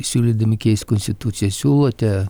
siūlydami keist konstituciją siūlote